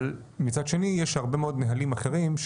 אבל מצד שני, יש הרבה מאוד נהלים אחרים.